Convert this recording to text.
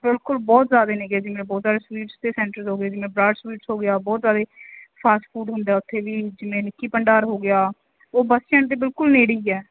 ਬਿਲਕੁਲ ਬਹੁਤ ਜ਼ਿਆਦਾ ਨੇਗੇ ਜੀ ਜਿਵੇਂ ਬਹੁਤ ਜ਼ਿਆਦਾ ਸਵੀਟਸ ਜਿਵੇਂ ਬਰਾੜ ਸਵੀਟਸ ਹੋ ਗਿਆ ਬਹੁਤ ਜ਼ਿਆਦਾ ਫਾਸਟ ਫੂਡ ਹੁੰਦਾ ਉੱਥੇ ਵੀ ਜਿਵੇਂ ਨਿੱਕੀ ਭੰਡਾਰ ਹੋ ਗਿਆ ਉਹ ਬੱਸ ਸਟੈਂਡ ਦੇ ਬਿਲਕੁਲ ਨੇੜੇ ਹੀ ਹੈ